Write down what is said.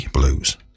Blues